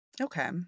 Okay